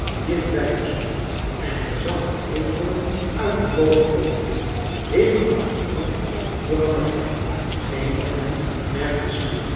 die dichtbij hem stond en hij zag een eekhoorn uit den boom komen hevig achtervolgd door een marter geen van hen merkte smirre